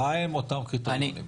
מה הם אותם קריטריונים?